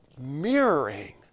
mirroring